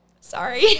Sorry